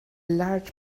large